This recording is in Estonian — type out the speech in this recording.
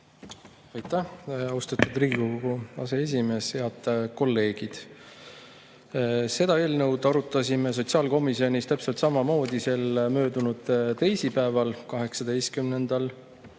Aitäh, austatud Riigikogu aseesimees! Head kolleegid! Seda eelnõu arutasime sotsiaalkomisjonis täpselt samamoodi möödunud teisipäeval, 18.